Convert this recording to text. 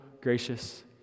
gracious